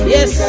Yes